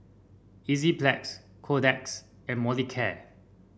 Enzyplex Kordel's and Molicare